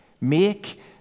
Make